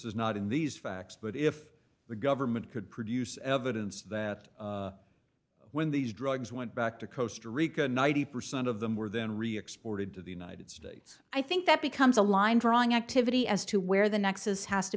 is not in these facts but if the government could produce evidence that when these drugs went back to coast rica ninety percent of them were then re exported to the united states i think that becomes a line drawing activity as to where the nexus has to